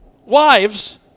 wives